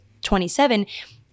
27 –